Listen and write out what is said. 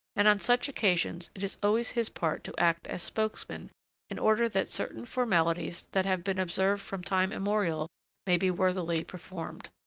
and on such occasions it is always his part to act as spokesman in order that certain formalities that have been observed from time immemorial may be worthily performed.